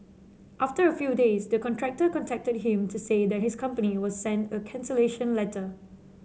after a few days the contractor contacted him to say that his company will send a cancellation letter